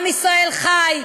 עם ישראל חי.